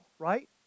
Right